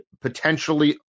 potentially